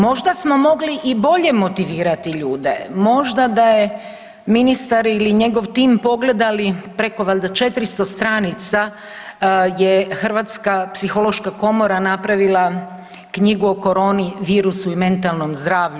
Možda smo mogli i bolje motivirati ljude, možda da je ministar ili njegov tim pogledali preko valjda 400 stranica je hrvatska psihološka komora napravila knjigu o koroni, virusu i mentalnom zdravlju.